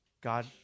God